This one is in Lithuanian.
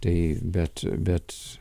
tai bet bet